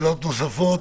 בבקשה.